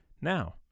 Now